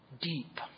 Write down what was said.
deep